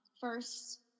first